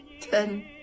Ten